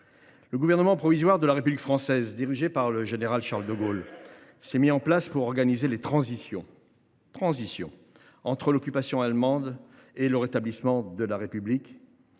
Le Gouvernement provisoire de la République française, dirigé par le général de Gaulle, a alors été créé pour organiser la transition entre l’occupation allemande et le rétablissement de la République.